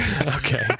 Okay